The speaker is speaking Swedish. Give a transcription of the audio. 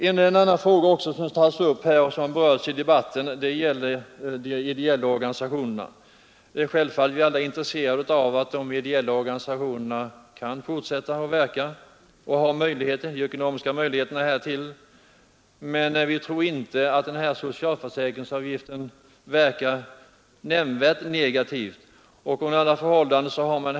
En annan fråga som tagits upp och som berörts i debatten gäller de ideella organisationerna. Självfallet är alla intresserade av att dessa skall ha ekonomiska möjligheter att verka, men vi tror inte att denna socialförsäkringsavgift påverkar deras arbete nämnvärt negativt.